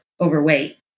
overweight